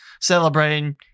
celebrating